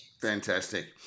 Fantastic